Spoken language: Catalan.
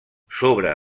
sobre